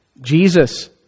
Jesus